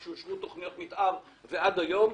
עת אושרו תוכניות מתאר ועד היום.